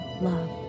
love